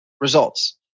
results